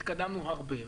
התקדמנו הרבה.